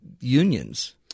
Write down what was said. unions